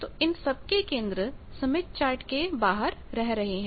तो इन सब के केंद्र स्मिथ चार्ट के बाहर रह रहे हैं